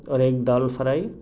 اور ایک دال فرائی